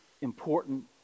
important